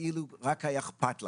אילו רק היה אכפת לנו.